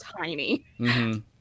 tiny